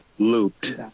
looped